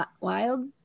Wild